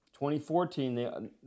2014